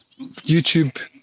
YouTube